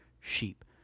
sheep